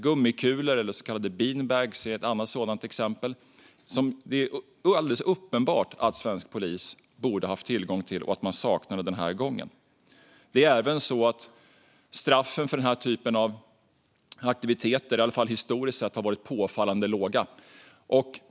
Gummikulor eller så kallade beanbags är ett annat exempel som det är alldeles uppenbart att svensk polis borde ha haft tillgång till och saknade den här gången. Det är även så att straffen för den här typen av aktiviteter historiskt sett har varit påfallande låga.